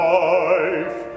life